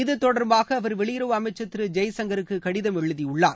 இதுசம்பந்தமாக அவர் வெளியுறவு அமைச்சர் திரு ஜெய்சங்கருக்கு கடிதம் எழுதியுள்ளார்